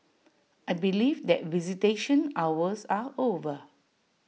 I believe that visitation hours are over